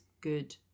good